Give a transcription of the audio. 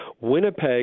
Winnipeg